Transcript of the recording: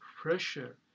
pressure